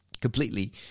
completely